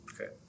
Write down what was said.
okay